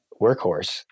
workhorse